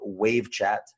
WaveChat